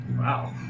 Wow